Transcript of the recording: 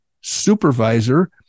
supervisor